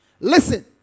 Listen